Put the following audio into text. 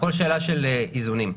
הכול שאלה של איזונים.